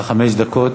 עמיתי חברי הכנסת,